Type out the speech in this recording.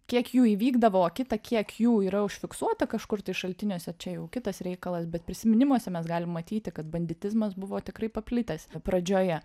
kiek jų įvykdavo kita kiek jų yra užfiksuota kažkur tai šaltiniuose čia jau kitas reikalas bet prisiminimuose mes galim matyti kad banditizmas buvo tikrai paplitęs pradžioje